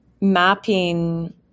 mapping